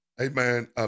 amen